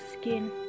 skin